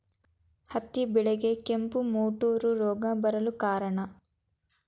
ಹತ್ತಿ ಬೆಳೆಗೆ ಕೆಂಪು ಮುಟೂರು ರೋಗ ಬರಲು ಕಾರಣ?